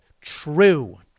true